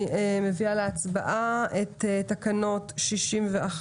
אני מביאה להצבעה את תקנות מספר 61,